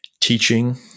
teaching